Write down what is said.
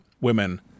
women